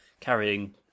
carrying